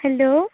hello